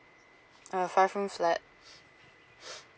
a five room flat